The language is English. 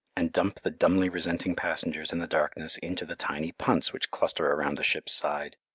and dump the dumbly resenting passengers in the darkness into the tiny punts which cluster around the ship's side.